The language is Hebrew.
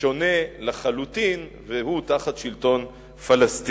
שונה לחלוטין והוא תחת שלטון פלסטיני.